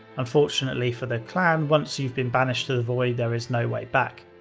unfortunately for the clan, once you've been banished to the void, there is no way back.